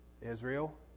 Israel